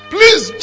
Please